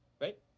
right